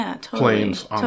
planes